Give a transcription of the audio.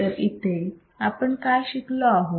तर इथे आपण काय शिकलो आहोत